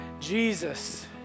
Jesus